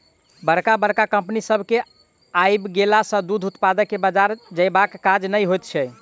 बड़का बड़का कम्पनी सभ के आइब गेला सॅ दूध उत्पादक के बाजार जयबाक काज नै होइत छै